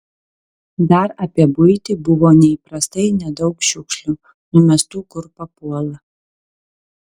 dar apie buitį buvo neįprastai nedaug šiukšlių numestų kur papuola